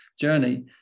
journey